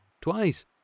twice